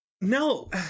No